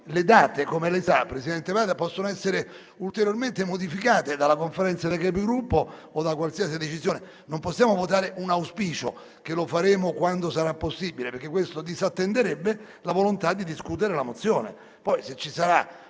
le date, come lei sa, possono essere ulteriormente modificate dalla Conferenza dei Capigruppo o da qualsiasi decisione. Non possiamo votare l'auspicio di farlo quando sarà possibile, perché questo disattenderebbe la volontà di discutere la mozione.